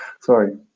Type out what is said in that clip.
Sorry